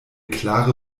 klare